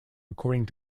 according